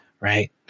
right